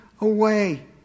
away